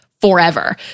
forever